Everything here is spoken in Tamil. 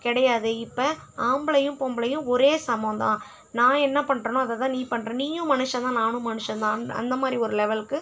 கிடையாது இப்போ ஆம்பளையும் பொம்பளையும் ஒரே சமம் தான் நான் என்ன பண்ணுறனோ அதை தான் நீ பண்ணுற நீயும் மனுஷன்தான் நானும் மனுஷன்தான் அந்த அந்த மாதிரி ஒரு லெவலுக்கு